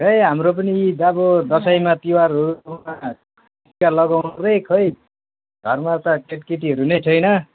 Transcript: खै हाम्रो पनि जाबो दसैँमा तिहारहरूमा टिका लगाउनुपर्ने खै घरमा त केटाकेटीहरू नै छैन